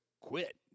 quit